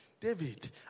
David